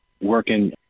working